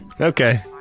Okay